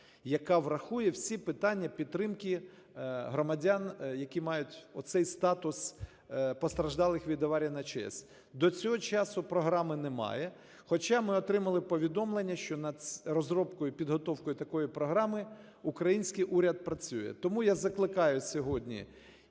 яка врахує всі питання підтримки громадян, які мають оцей статус постраждалих від аварії на ЧАЕС. До цього часу програми немає, хоча ми отримали повідомлення, що над розробкою і підготовкою такої програми український уряд працює. Тому я закликаю сьогодні